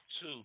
two